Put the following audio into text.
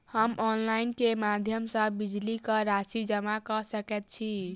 हम ऑनलाइन केँ माध्यम सँ बिजली कऽ राशि जमा कऽ सकैत छी?